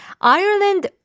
Ireland